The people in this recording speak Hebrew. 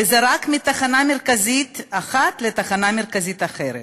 וזה רק מתחנה מרכזית אחת לתחנה מרכזית אחרת.